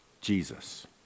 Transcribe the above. Jesus